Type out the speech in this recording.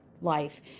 life